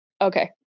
okay